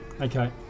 Okay